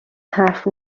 حرف